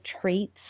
treats